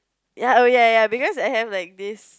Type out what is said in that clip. ya oh ya ya because I have like this